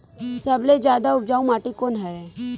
सबले जादा उपजाऊ माटी कोन हरे?